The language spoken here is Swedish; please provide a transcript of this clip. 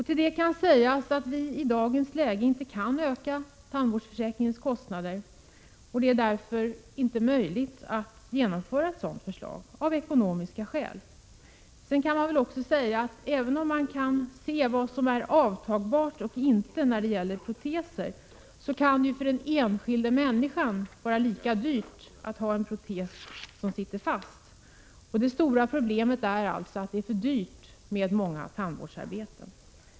Till detta kan sägas att vi i dagens läge inte kan öka tandvårdsförsäkringens kostnader, och det är därför omöjligt att genomföra ett sådant förslag av ekonomiska skäl. Sedan kan man också säga att även om det går att avgöra vilka proteser som är avtagbara och vilka som inte är det, kan det för den enskilda människan vara lika dyrt att ha en protes som sitter fast. Det stora problemet är alltså att det blir för dyrt att ha med för många tandvårdsarbeten.